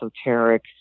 esoteric